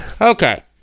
Okay